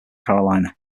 carolina